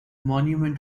monument